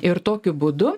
ir tokiu būdu